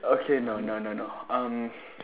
okay no no no no um